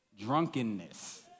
Drunkenness